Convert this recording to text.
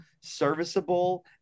serviceable